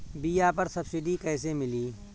बीया पर सब्सिडी कैसे मिली?